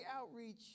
Outreach